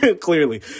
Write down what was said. clearly